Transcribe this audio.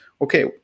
okay